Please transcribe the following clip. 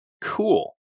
Cool